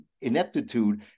ineptitude